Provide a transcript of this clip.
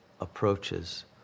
approaches